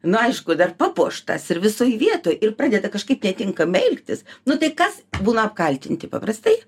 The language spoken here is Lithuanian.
nu aišku dar papuoštas ir visoj vietoj ir pradeda kažkaip netinkamai elgtis nu tai kas būna apkaltinti paprastai